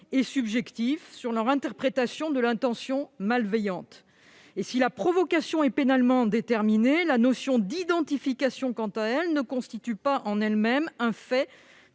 et subjective sur leur interprétation de l'intention malveillante. Et si la provocation est pénalement déterminée, la notion d'identification ne constitue pas, en elle-même, un fait